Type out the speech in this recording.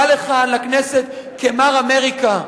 בא לכאן, לכנסת, כמר אמריקה,